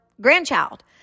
grandchild